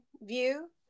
view